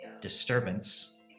disturbance